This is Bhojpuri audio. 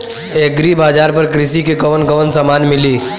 एग्री बाजार पर कृषि के कवन कवन समान मिली?